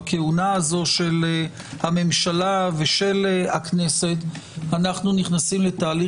בכהונת הממשלה והכנסת האלה אנו נכנסים לתהליך